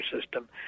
system